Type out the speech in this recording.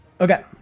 Okay